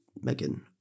Megan